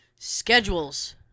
schedules